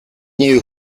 new